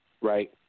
right